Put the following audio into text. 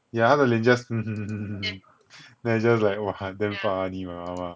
yeah 她的脸 just then I just like !wah! damn funny my ah ma